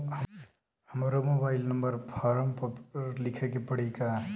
हमरो mobile number forum पर लिखे के पड़ी का?